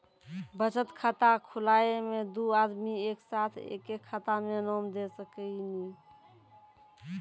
बचत खाता खुलाए मे दू आदमी एक साथ एके खाता मे नाम दे सकी नी?